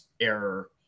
error